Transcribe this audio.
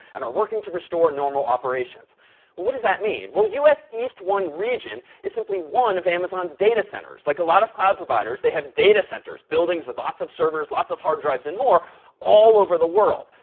and are working to restore normal operations. well what does that mean? well us east one region is simply one of amazon's data centers. like a lot of cloud providers, they have data centers buildings with lots of servers and lots of hard drives and more all over the world.